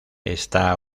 está